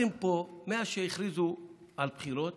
מאז שהכריזו על בחירות